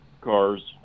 cars